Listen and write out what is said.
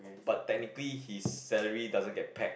but technically his salary doesn't get pegged